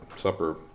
Supper